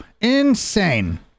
insane